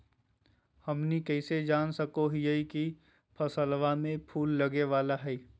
हमनी कइसे जान सको हीयइ की फसलबा में फूल लगे वाला हइ?